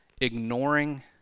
ignoring